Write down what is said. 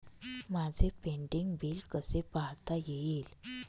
माझे pending bill कसे पाहता येईल?